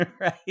right